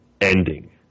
ending